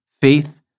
Faith